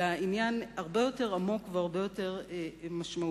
אלא עניין הרבה יותר עמוק והרבה יותר משמעותי.